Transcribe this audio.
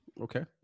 Okay